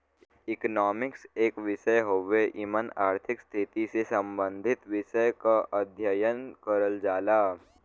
economics एक विषय हउवे एमन आर्थिक स्थिति से सम्बंधित विषय क अध्ययन करल जाला